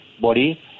body